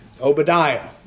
Obadiah